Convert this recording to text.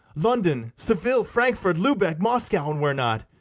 london, seville, frankfort, lubeck, moscow, and where not,